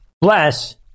bless